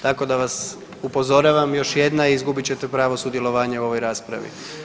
Tako da vas upozoravam, još jedna i izgubit ćete pravo sudjelovanja u ovoj raspravi.